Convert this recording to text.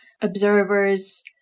observers